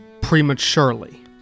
prematurely